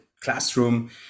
classroom